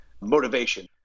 motivation